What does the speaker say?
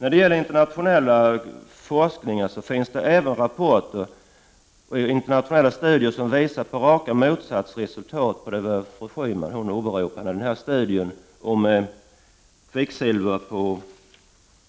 När det gäller internationell forskning finns rapporter och internationella studier som visar på resultat som är raka motsatsen till de resultat fru Schyman åberopar från en studie om kvicksilvers påverkan